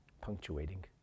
punctuating